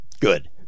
good